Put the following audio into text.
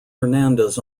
hernandez